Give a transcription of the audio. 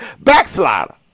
backslider